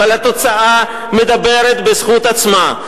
אבל התוצאה מדברת בזכות עצמה.